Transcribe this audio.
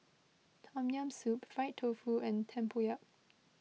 Tom Yam Soup Fried Tofu and Tempoyak